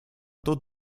тот